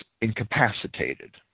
incapacitated